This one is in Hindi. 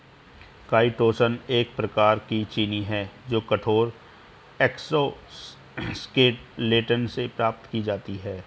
काईटोसन एक प्रकार की चीनी है जो कठोर एक्सोस्केलेटन से प्राप्त की जाती है